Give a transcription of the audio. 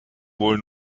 wohl